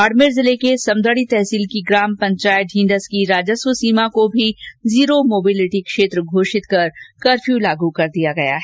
बाड़मेर जिले के समदड़ी तहसील की ग्राम पंचायत ढींढस की राजस्व सीमा को भी जीरो मोबिलिटी क्षेत्र घोषित कर कफर्यू लगाया गया है